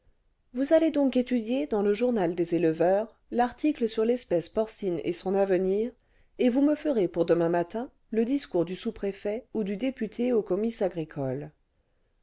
vous allez donc étudier dans le journal des éleveurs l'article sur vespèce porcine et son avenir et vous me ferez pour demain matin le discours du sous-préfet ou du député au comice agricole